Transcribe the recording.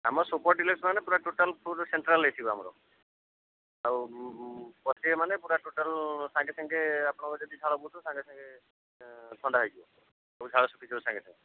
ଆମର super deluxe ମାନେ ପୁରା ଟୋଟାଲ୍ ଫୁଲ୍ ସେଣ୍ଟ୍ରାଲ୍ ଏସି ବା ଆମର ଆଉ ବସିବେ ମାନେ ପୁରା ଟୋଟାଲ୍ ସାଙ୍ଗେ ସାଙ୍ଗେ ଆପଣଙ୍କର ଯଦି ଝାଳ ବହୁଥିବ ସାଙ୍ଗେ ସାଙ୍ଗେ ଥଣ୍ଡା ହେଇଯିବ ସବୁ ଝାଳ ଶୁଖିଯିବ ସାଙ୍ଗେ ସାଙ୍ଗେ